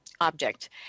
object